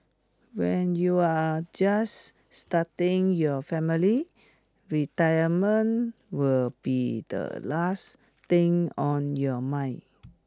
when you are just starting your family retirement will be the last thing on your mind